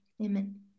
Amen